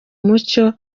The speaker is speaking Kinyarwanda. mucyo